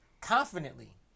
confidently